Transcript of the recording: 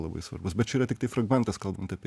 labai svarbus bet čia yra tiktai fragmentas kalbant apie